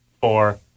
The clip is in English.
four